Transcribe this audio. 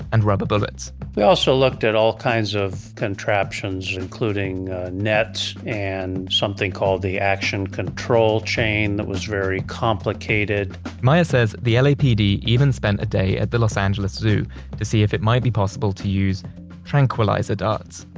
and rubber bullets we also looked at all kinds of contraptions, including nets and something called the action control chain that was very complicated meyer says, the lapd even spent a day at the los angeles zoo to see if it might be possible to use tranquilizer darts.